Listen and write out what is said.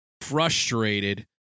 frustrated